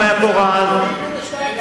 הוא צודק, הורידו ל-2.4%.